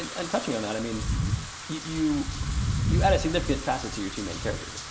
and and touching on that, i mean you you add a significant facet to your two main characters.